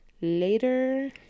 later